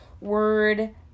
word